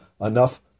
enough